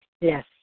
Yes